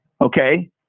okay